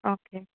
okay